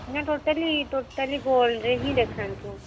ନା totally totally ଗୋଲ୍ଡରେ ହିଁ ଦେଖାନ୍ତୁ